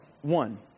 One